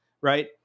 right